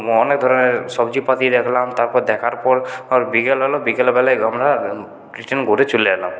অনেক ধরনের সবজিপাতি দেখলাম তারপর দেখার পর বিকেল হল বিকেল বেলায়ে আমরা রিটার্ন করে চলে এলাম